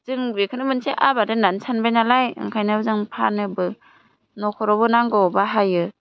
जों बेखौनो मोनसे आबाद होननानै सानबाय नालाय ओंखायनो जों फानोबो न'खरावबो नांगौआव बाहायो